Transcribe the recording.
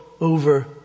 over